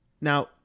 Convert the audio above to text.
now